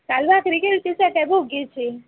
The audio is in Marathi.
काल भाकरी केली होती सट भोगीची